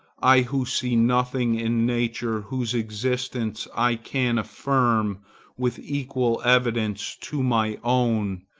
i who see nothing in nature whose existence i can affirm with equal evidence to my own,